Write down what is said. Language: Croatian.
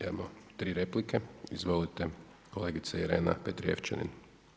Imamo tri replike, izvolite kolegice Irena Petrijevčanin.